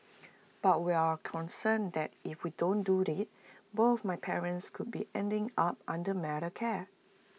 but we're concerned that if we don't do IT both my parents could be ending up under mental care